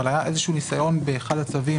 באחד הצווים